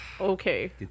okay